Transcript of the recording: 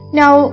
now